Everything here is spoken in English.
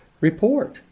report